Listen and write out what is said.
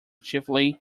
chiefly